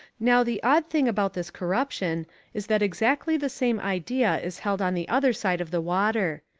now the odd thing about this corruption is that exactly the same idea is held on the other side of the water.